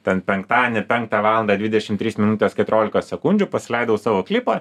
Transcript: ten penktadienį penktą valandą dvidešim trys minutės keturiolika sekundžių pasileidau savo klipą